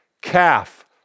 calf